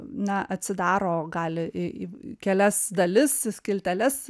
na atsidaro gali į į kelias dalis skilteles